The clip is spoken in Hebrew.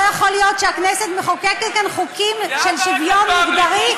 לא יכול להיות שהכנסת מחוקקת כאן חוקים של שוויון מגדרי,